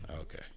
okay